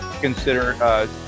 consider